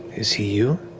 is he you?